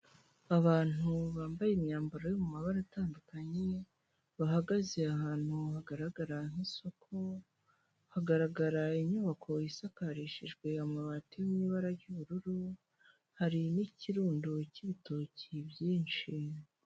Abantu bambaye imyambaro yo mabara atandukanye, bahagaze ahantu hagaragara nk'isoko, hagaragara inyubako isakarishijwe amabati mu ibara ry'ubururu, hari n'ikirundo cy'ibitoki byinshi.